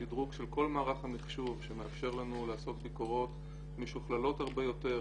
שדרוג של כל מערך המחשוב שמאפשר לנו לעשות ביקורות משוכללות הרבה יותר,